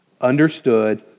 Understood